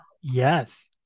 Yes